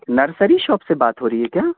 nursery shop سے بات ہو رہی ہے کیا